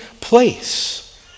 place